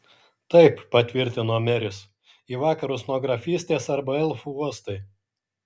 taip patvirtino meris į vakarus nuo grafystės arba elfų uostai